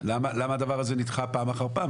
למה הדבר הזה נדחה פעם אחר פעם,